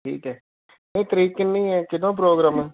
ਠੀਕ ਹੈ ਇਹ ਤਰੀਕ ਕਿੰਨੀ ਹੈ ਕਦੋਂ ਪ੍ਰੋਗਰਾਮ ਹੈ